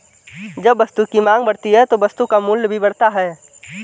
जब वस्तु की मांग बढ़ती है तो वस्तु का मूल्य भी बढ़ता है